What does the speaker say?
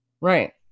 Right